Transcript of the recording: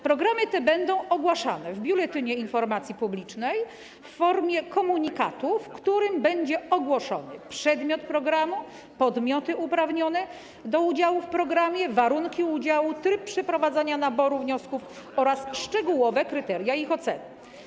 Programy te będą ogłaszane w Biuletynie Informacji Publicznej w formie komunikatu, w którym będą ujęte: przedmiot programu, podmioty uprawnione do udziału w programie, warunki udziału, tryb przeprowadzenia naboru wniosków oraz szczegółowe kryteria ich oceny.